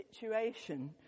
situation